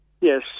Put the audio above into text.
yes